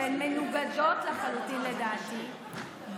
שהן מנוגדות לחלוטין לדעתי,